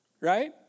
Right